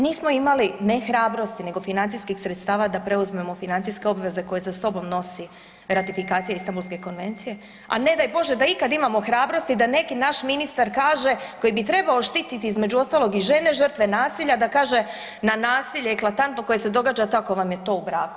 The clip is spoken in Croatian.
Nismo imali nehrabrosti nego financijskih sredstva da preuzmemo financijske obveze koje za sobom nosi ratifikacija Istambulske konvencije, a ne daj Bože da ikad imamo hrabrosti da neki naš ministar kaže, koji bi trebao štititi između ostalog i žene žrtve nasilja, da kaže na nasilje je eklatantno koje se događa, tako vam je to u braku.